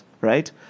right